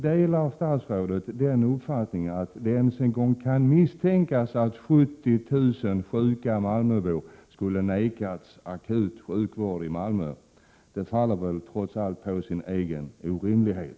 Delar statsrådet uppfattningen att påståendet att 70 000 sjuka malmöbor skulle ha vägrats akut vård i Malmö faller på sin egen orimlighet?